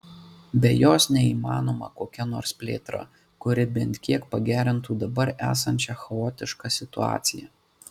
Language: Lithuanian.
be jos neįmanoma kokia nors plėtra kuri bent kiek pagerintų dabar esančią chaotišką situaciją